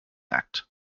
act